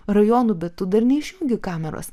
rajonų bet tu dar neišjungi kameros